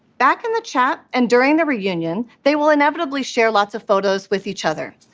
back in the chat and during the reunion, they will inevitably share lots of photos with each other.